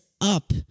up